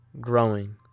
growing